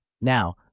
Now